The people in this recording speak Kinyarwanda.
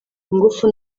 ingufu